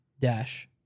dash